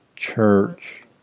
Church